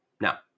Now